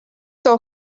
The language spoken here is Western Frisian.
tal